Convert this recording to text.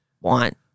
want